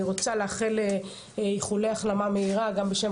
אני רוצה לאחל איחולי החלמה מהירה גם בשם